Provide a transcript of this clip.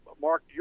Mark